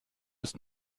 ist